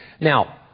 Now